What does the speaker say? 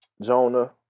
Jonah